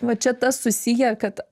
va čia tas susiję kad